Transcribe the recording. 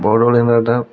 बड'लेण्ड रादाब